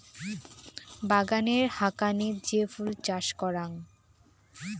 বাগানের হাকানে যে ফুল চাষ করাং